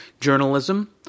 journalism